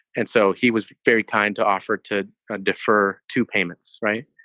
and so he was very kind to offer to defer to payments. right.